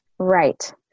Right